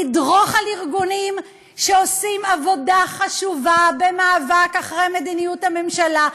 לדרוך על ארגונים שעושים עבודה חשובה במאבק מול מדיניות הממשלה.